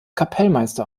kapellmeister